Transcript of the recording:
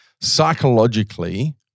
Psychologically